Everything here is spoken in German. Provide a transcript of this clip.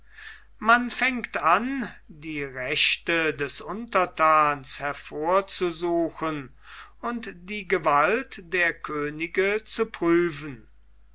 man fängt an die rechte des unterthans hervorzusuchen und die gewalt der könige zu prüfen